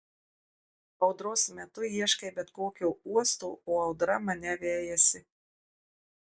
audros metu ieškai bet kokio uosto o audra mane vejasi